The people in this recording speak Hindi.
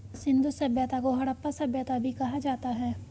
सिंधु सभ्यता को हड़प्पा सभ्यता भी कहा जाता है